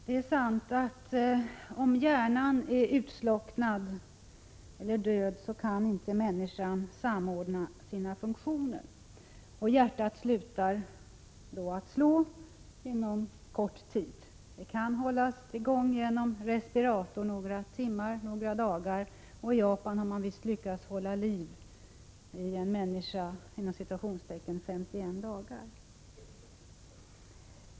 Herr talman! Det är sant att människan inte kan samordna sina funktioner om hjärnan är utslocknad och död. Hjärtat slutar då att slå inom kort. Det kan hållas i gång några timmar eller dagar med hjälp av respirator. I Japan har man lyckats hålla hjärtat i gång och hålla ”liv” i en hjärndöd människa i S1 dagar.